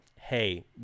hey